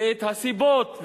ואת הסיבות,